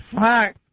fuck